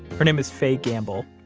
her name is faye gamble.